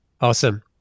Awesome